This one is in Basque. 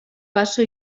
baso